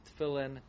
tefillin